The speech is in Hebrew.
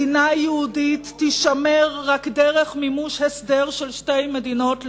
מדינה יהודית תישמר רק דרך מימוש הסדר של שתי מדינות לאום.